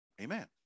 amen